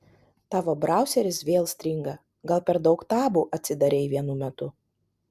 tavo brauseris vėl stringa gal per daug tabų atsidarei vienu metu